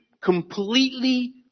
completely